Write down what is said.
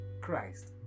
Christ